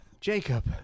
Jacob